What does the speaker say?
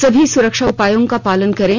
सभी सुरक्षा उपायों का पालन करें